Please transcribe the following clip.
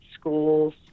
schools